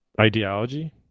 ideology